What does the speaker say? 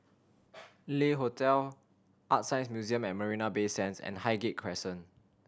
Le Hotel ArtScience Museum at Marina Bay Sands and Highgate Crescent